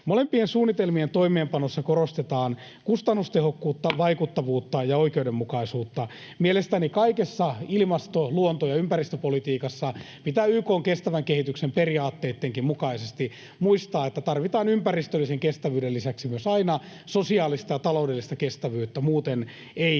Molempien suunnitelmien toimeenpanossa korostetaan kustannustehokkuutta, vaikuttavuutta ja oikeudenmukaisuutta. Mielestäni kaikessa ilmasto-, luonto- ja ympäristöpolitiikassa pitää YK:n kestävän kehityksen periaatteittenkin mukaisesti muistaa, että tarvitaan ympäristöllisen kestävyyden lisäksi aina sosiaalista ja taloudellista kestävyyttä. Muuten ei